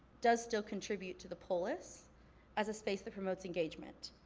does still contribute to the polis as a space that promotes engagement.